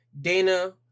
Dana